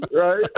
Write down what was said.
right